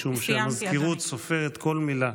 משום שהמזכירות סופרת כל מילה.